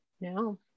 No